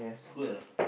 good or not